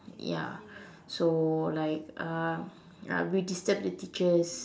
ya so like uh ya we disturbed the teachers